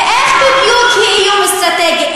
ואיך בדיוק היא איום אסטרטגי?